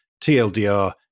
TLDR